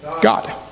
God